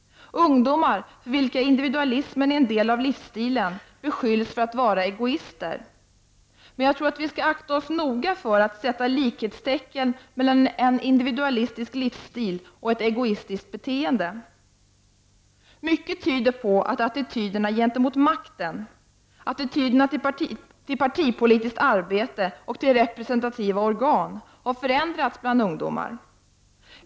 Ungdomar, för vilka individualismen är en del av livsstilen, beskylls för att vara egoister. Nej, jag tror att vi skall akta oss noga för att sätta likhetstecken mellan en individualistisk livsstil och ett egoistiskt beteende. Mycket tyder på att attityderna gentemot ”makten”, till partipolitiskt ar bete och till representativa organ har förändrats bland ungdomar.